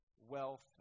wealth